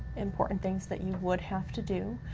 important things that you would have to do,